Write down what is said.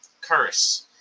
curse